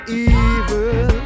evil